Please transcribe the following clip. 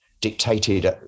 dictated